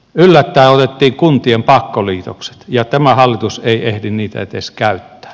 yllättäen otettiin kuntien pakkoliitokset ja tämä hallitus ei ehdi niitä edes käyttää